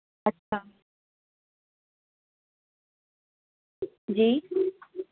اچھا جی